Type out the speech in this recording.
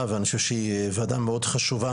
ואני חושב שהיא וועדה מאוד חשובה.